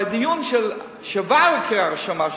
בדיון שבא לקריאה ראשונה,